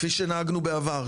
כפי שנהגנו בעבר,